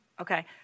Okay